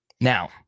Now